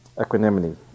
equanimity